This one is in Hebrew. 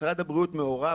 משרד הבריאות מעורב,